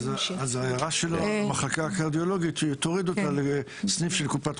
זה יהיה הכרה באוניברסיטאות או במוסדות